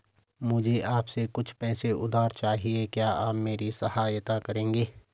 मुझे आपसे कुछ पैसे उधार चहिए, क्या आप मेरी सहायता करेंगे?